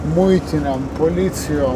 muitiniėm policijom